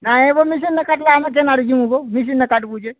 ନାଇଁ ବୋନି ସେମ୍ତା କାଟିଲା ଆମେ କେନ୍ ଆଡ଼େ ଯିବୁଁ ଗୋ ଦୁଇ ତିନ୍ଟା କାଟିବୁ ଯେ